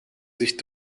sich